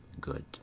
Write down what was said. good